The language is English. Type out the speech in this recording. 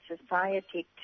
society